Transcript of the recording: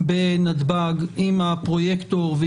בנתב"ג עם הפרויקטור.